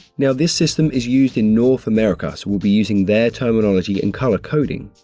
now, this system is used in north america so we'll be using their terminology and colour coding.